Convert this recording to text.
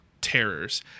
terrors